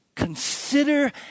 consider